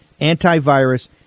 antivirus